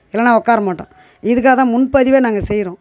இல்லைனா உட்கார மாட்டோம் இதுக்காக தான் முன்பதிவே நாங்கள் செய்கிறோம்